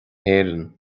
héireann